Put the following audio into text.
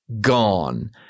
Gone